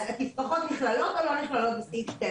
אז תפרחות נכללות או לא נכללות בסעיף 12?